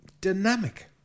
dynamic